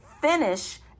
finish